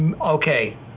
Okay